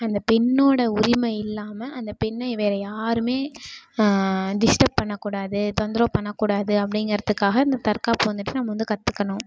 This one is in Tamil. அந்தப் பெண்ணோடய உரிமை இல்லாமல் அந்தப் பெண்ணை வேறு யாருமே டிஸ்டர்ப் பண்ணக்கூடாது தொந்தரவு பண்ணக்கூடாது அப்படிங்கறத்துக்காக இந்தத் தற்காப்பு வந்துட்டு நம்ம வந்து கற்றுக்கணும்